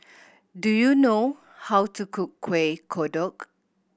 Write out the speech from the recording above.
do you know how to cook Kuih Kodok